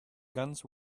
guns